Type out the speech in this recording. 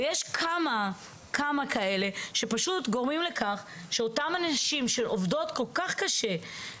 ויש כמה כאלה שפשוט גורמים לכך שאותן הנשים שעובדות כל כך קשה,